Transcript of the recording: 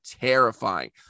terrifying